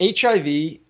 HIV